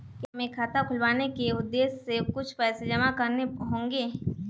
क्या हमें खाता खुलवाने के उद्देश्य से कुछ पैसे जमा करने होंगे?